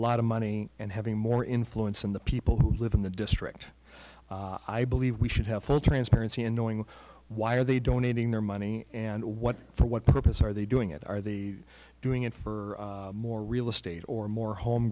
lot of money and having more influence on the people who live in the district i believe we should have full transparency in knowing why are they donating their money and what for what purpose are they doing it are they doing it for more real estate or more home